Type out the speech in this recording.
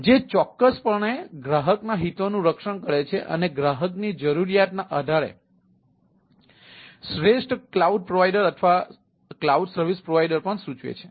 જે ચોક્કસપણે ગ્રાહકના હિતોનું રક્ષણ કરે છે અને ગ્રાહકની જરૂરિયાતોને આધારે શ્રેષ્ઠ ક્લાઉડ પ્રોવાઇડર અથવા ક્લાઉડ સર્વિસ પ્રોવાઇડર પણ સૂચવે છે